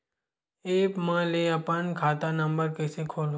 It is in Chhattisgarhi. एप्प म ले अपन खाता नम्बर कइसे खोलहु?